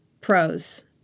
pros